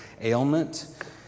ailment